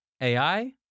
AI